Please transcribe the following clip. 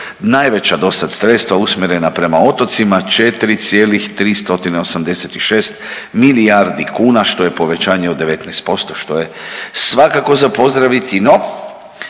najveća dosad sredstva usmjerena prema otocima 4,386 milijardi kuna što je povećanje od 19% što je svakako za pozdraviti.